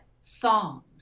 songs